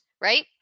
right